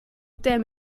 der